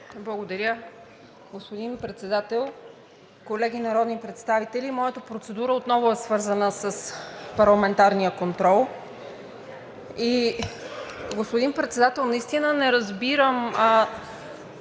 Благодаря. Господин Председател, колеги народни представители! Моята процедура отново е свързана с парламентарния контрол. Господин Председател, наистина не разбирам